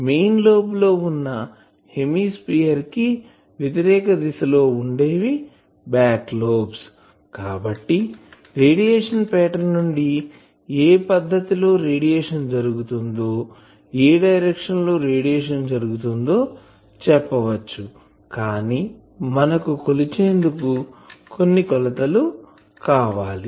mail lobe ఉన్న hemisphere కి వ్యతిరేక దిశ లో ఉండేవి బ్యాక్ లోబ్స్ కాబట్టి రేడియేషన్ పాటర్న్ నుండి ఏ పద్దతి లో రేడియేషన్ జరుగుతుందోఏ డైరెక్షన్ లో రేడియేషన్ జరుగుతుందో చెప్పవచ్చు కానీ మనకు కొలిచేందుకు కొన్ని కొలతలు కావాలి